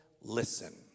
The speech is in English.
listen